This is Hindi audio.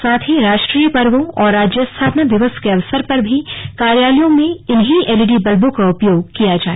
साथ ही राष्ट्रीय पर्वों और राज्य स्थापना दिवस के अवसर पर भी कार्यालयों में इन्हीं एलईडी बल्बों का उपयोग किया जाय